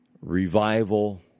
revival